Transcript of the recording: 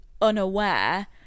unaware